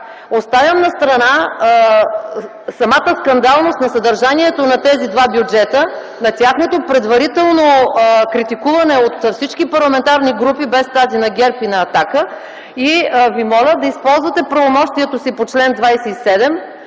Оставям настрана самата скандалност на съдържанието на тези два бюджета и тяхното предварително критикуване от всички парламентарни групи, без тези на ГЕРБ и на „Атака”. Моля Ви да използвате правомощието си по чл. 27